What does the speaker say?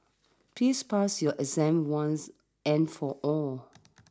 please pass your exam once and for all